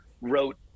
wrote